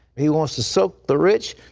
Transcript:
he wants to soak the rich,